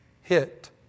hit